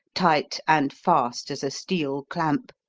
tight and fast as a steel clamp,